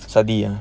study ah